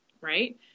Right